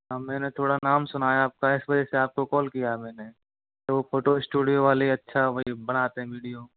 हाँ मैंने थोड़ा नाम सुना है आपका इस वजह से आपको कॉल किया है मैंने वो फ़ोटो स्टूडियो वाले अच्छा बनाते है वीडियो